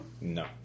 No